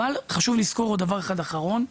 חשוב לזכור עוד דבר אחד אחרון,